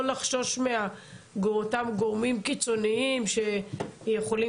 לא לחשוש מאותם גורמים קיצוניים שיכולים